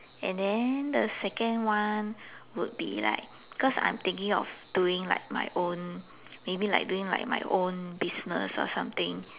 and then the second one would be like because I'm thinking of doing like my own maybe like doing like my own business or something